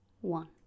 one